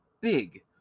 big